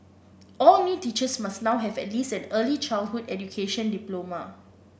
all new teachers must now have at least an early childhood education diploma